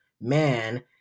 man